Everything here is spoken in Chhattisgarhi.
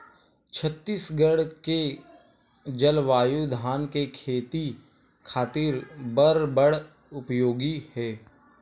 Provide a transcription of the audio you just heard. छत्तीसगढ़ के जलवायु धान के खेती खातिर बर बड़ उपयोगी हे